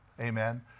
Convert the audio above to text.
Amen